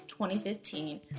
2015